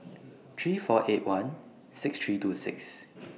three four eight one six three two six